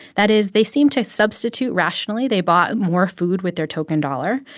that is, they seem to substitute rationally. they bought more food with their token dollar.